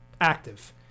active